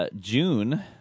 June